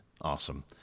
Awesome